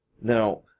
Now